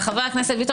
אבל חבר הכנסת ביטון,